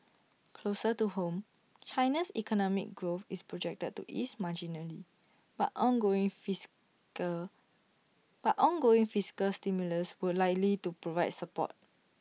closer to home China's economic growth is projected to ease marginally but ongoing fiscal but ongoing fiscal stimulus will likely provide support